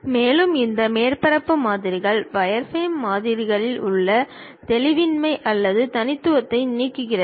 மேலும் இந்த மேற்பரப்பு மாதிரிகள் வயர்ஃப்ரேம் மாதிரிகளில் உள்ள தெளிவின்மை அல்லது தனித்துவத்தை நீக்குகிறது